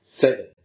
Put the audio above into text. seven